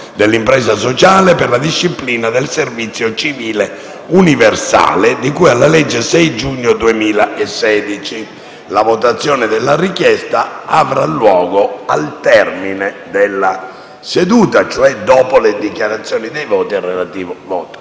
dell'impresa sociale e per la disciplina del servizio civile universale, di cui alla legge 6 giugno 2016, n. 106». La votazione della richiesta avrà luogo al termine della seduta, cioè dopo le dichiarazioni di voto e relativa votazione